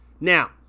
Now